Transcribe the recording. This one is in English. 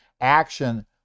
action